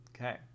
Okay